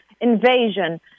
invasion